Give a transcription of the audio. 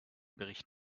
bericht